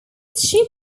chip